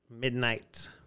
midnight